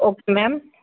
okay ma'am